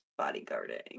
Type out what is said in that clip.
bodyguarding